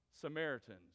Samaritans